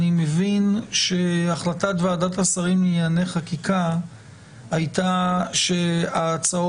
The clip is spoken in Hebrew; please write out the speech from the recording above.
אני מבין שהצעת ועדת שרים לענייני חקיקה הייתה שההצעות